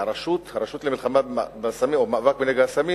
שהרשות למלחמה או למאבק בנגע הסמים